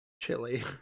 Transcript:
chili